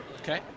Okay